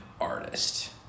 artist